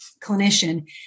clinician